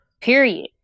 period